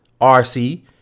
RC